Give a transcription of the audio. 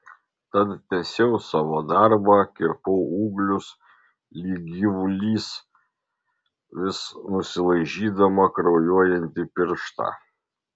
tad tęsiau savo darbą kirpau ūglius lyg gyvulys vis nusilaižydama kraujuojantį pirštą